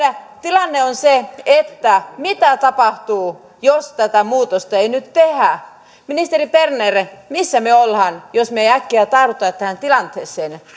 tilanne on se että mitä tapahtuu jos tätä muutosta ei nyt tehdä ministeri berner missä me olemme jos me emme äkkiä tartu tähän tilanteeseen